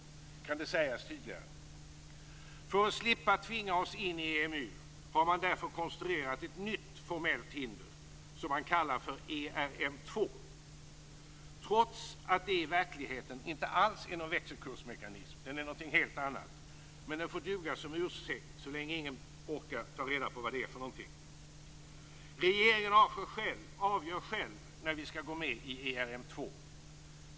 Kan det sägas tydligare? För att slippa tvinga oss in i EMU har man därför konstruerat ett nytt formellt hinder som man kallar ERM2, trots att det i verkligheten inte alls är någon växelkursmekanism utan något helt annat. Men den får duga som ursäkt så länge ingen orkar ta reda på vad det är. Regeringen avgör själv när vi skall gå med i ERM2.